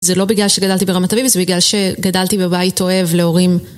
זה לא בגלל שגדלתי ברמת אביב, זה בגלל שגדלתי בבית אוהב להורים.